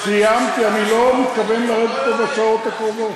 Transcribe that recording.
לפני שאתה יורד, שאלה חשובה.